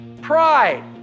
Pride